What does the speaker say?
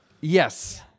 Yes